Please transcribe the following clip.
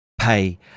pay